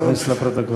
אל תכניס לפרוטוקול.